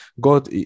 God